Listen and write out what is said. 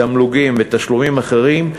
תמלוגים ותשלומים אחרים,